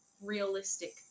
realistic